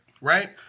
Right